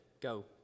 Go